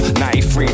93